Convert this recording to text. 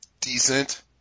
decent